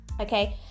okay